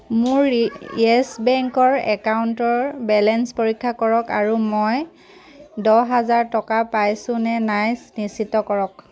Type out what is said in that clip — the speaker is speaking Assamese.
মোৰ য়েছ বেংকৰ একাউণ্টৰ বেলেঞ্চ পৰীক্ষা কৰক আৰু মই দহ হাজাৰ টকা পাইছোনে নাই নিশ্চিত কৰক